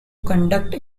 conduct